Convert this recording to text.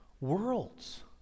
worlds